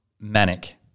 manic